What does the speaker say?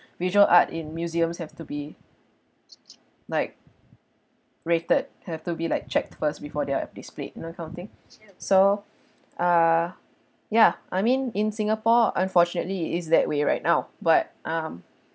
visual art in museums have to be like rated have to be like check first before they're displayed you know that kind of thing so ah ya I mean in singapore unfortunately is that way right now but um